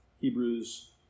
Hebrews